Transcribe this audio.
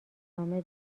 ادامه